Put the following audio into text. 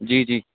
جی جی